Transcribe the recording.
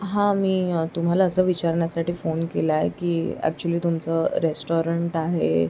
हां मी तुम्हाला असं विचारण्यासाठी फोन केला आहे की ॲक्च्युली तुमचं रेस्टाॅरंट आहे